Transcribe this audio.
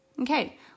Okay